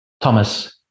Thomas